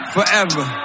Forever